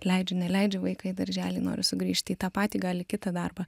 leidžiu neleidžiu vaiką į darželį noriu sugrįžti į tą patį gali į kitą darbą